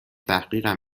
تحقیقم